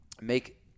make